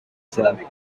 from